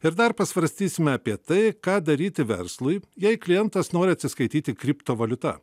ir dar pasvarstysime apie tai ką daryti verslui jei klientas nori atsiskaityti kriptovaliuta